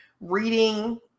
reading